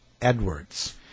Edwards